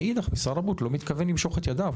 מאידך משרד הבריאות לא מתכוון למשוך את ידיו.